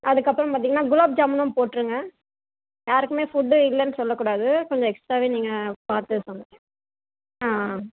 அதுக்கப்புறம் பார்த்தீங்கன்னா குலோப் ஜாமுனும் போட்டுருங்க யாருக்குமே ஃபுட்டு இல்லைன்னு சொல்ல கூடாது கொஞ்சம் எக்ஸ்டாவே நீங்கள் பார்த்து சமைச்சி ஆ